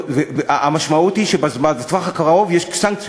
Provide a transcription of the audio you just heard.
המשמעות היא שבטווח הקרוב יש סנקציות.